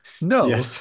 No